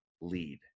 lead